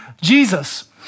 Jesus